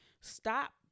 Stop